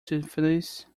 symphonies